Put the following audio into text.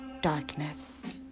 darkness